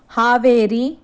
Haveri